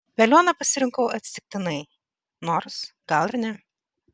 veliuoną pasirinkau atsitiktinai nors gal ir ne